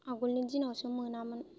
आगलनि दिनावसो मोनामोन